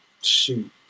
Shoot